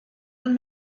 und